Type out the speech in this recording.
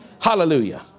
Hallelujah